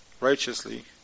righteously